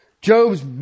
Job's